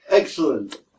Excellent